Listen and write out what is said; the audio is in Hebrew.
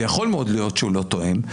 יכול מאוד להיות שהוא לא תואם.